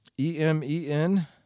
E-M-E-N